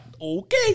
okay